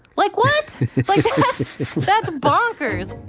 like what if that's bonkers?